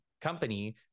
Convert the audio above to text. company